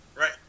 Right